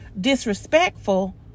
disrespectful